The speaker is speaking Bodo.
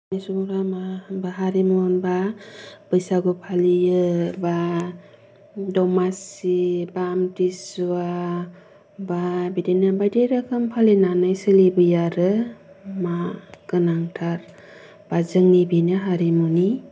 बे सुबुंफ्रा मा होनब्ला हारिमु होनब्ला बैसागु फालियो बा दमासि बा आमथिसुवा बा बिदिनो बायदि रोखोम फालिनानै सोलिबोयो आरो मा गोनांथार बा जोंनि बेनो हारिमुनि